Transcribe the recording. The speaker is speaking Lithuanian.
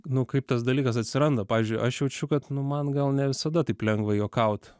nu kaip tas dalykas atsiranda pavyzdžiui aš jaučiu kad nu man gal ne visada taip lengva juokaut